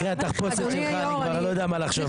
אחרי התחפושת שלך אני כבר לא יודע מה לחשוב.